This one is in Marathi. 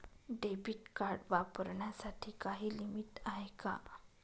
डेबिट कार्ड वापरण्यासाठी काही लिमिट आहे का?